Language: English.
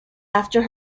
after